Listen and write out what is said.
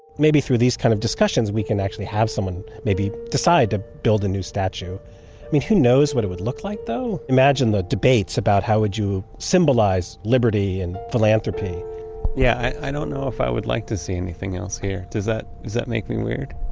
maybe through these kinds of discussions we can actually have someone maybe decide to build a new statue. i mean, who knows what it would look like, though. imagine the debates about how would you symbolize liberty and philanthropy yeah, i don't know if i would like to see anything else here. does that make me weird?